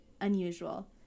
unusual